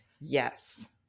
yes